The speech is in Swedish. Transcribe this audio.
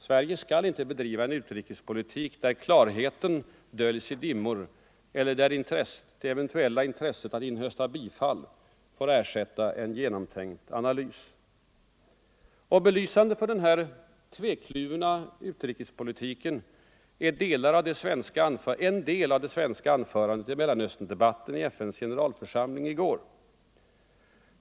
Sverige skall inte bedriva en utrikespolitik där klarheten döljs i dimmor, eller där det eventuella intresset att inhösta bifall får ersätta en genomtänkt analys. Belysande för denna tvekluvna utrikespolitik är en del av det svenska anförandet i Mellanösterndebatten i FN:s generalförsamling i går.